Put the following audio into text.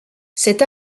cette